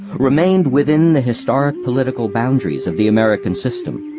remained within the historic political boundaries of the american system,